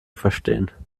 verstehen